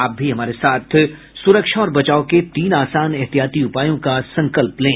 आप भी हमारे साथ सुरक्षा और बचाव के तीन आसान एहतियाती उपायों का संकल्प लें